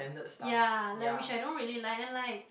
ya like which I don't really like and like